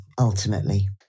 ultimately